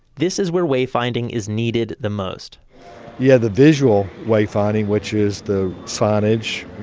this is where wayfinding is needed the most yeah, the visual wayfinding which is the signage,